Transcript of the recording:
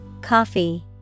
Coffee